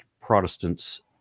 protestants